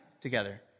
together